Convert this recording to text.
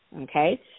Okay